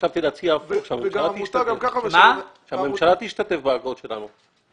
חשבתי להציע שהממשלה תשתתף באגרות שלנו.